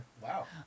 Wow